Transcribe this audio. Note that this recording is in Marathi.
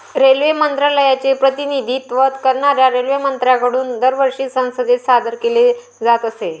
रेल्वे मंत्रालयाचे प्रतिनिधित्व करणाऱ्या रेल्वेमंत्र्यांकडून दरवर्षी संसदेत सादर केले जात असे